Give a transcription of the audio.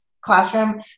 classroom